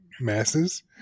masses